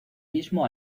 mismo